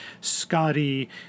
Scotty